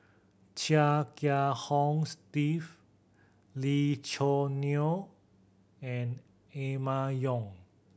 Chia Kiah Hong Steve Lee Choo Neo and Emma Yong